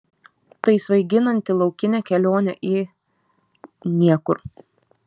tai svaiginanti laukinė kelionė į niekur